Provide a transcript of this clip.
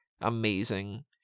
amazing